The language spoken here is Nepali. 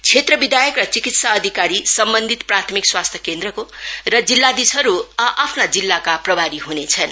क्षेत्र विधायक र चिकित्सा अधिकारी सम् न्धित प्राथमिक स्वास्थ्य केन्द्रको र जिल्लाधीशहरू आ आफ्नो जिल्लाका प्रभारी ह्नेछन्